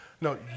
No